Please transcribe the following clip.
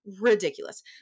ridiculous